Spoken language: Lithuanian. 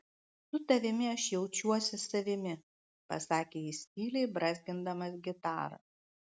su tavimi aš jaučiuosi savimi pasakė jis tyliai brązgindamas gitarą